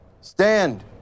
stand